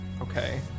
Okay